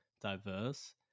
diverse